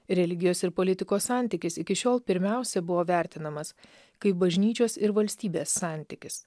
religijos ir politikos santykis iki šiol pirmiausia buvo vertinamas kaip bažnyčios ir valstybės santykis